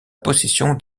possession